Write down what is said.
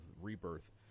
Rebirth